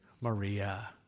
Maria